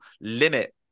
limit